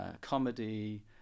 comedy